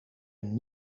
een